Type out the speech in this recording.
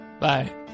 Bye